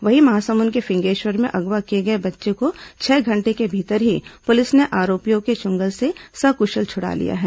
वहीं महासमुंद के फिंगेश्वर में अगवा किए गए बच्चे को छह घंटे के भीतर ही पुलिस ने आरोपियों के चंगुल से सक्शल छुड़ा लिया है